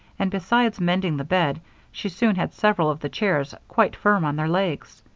and besides mending the bed she soon had several of the chairs quite firm on their legs.